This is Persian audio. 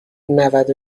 نود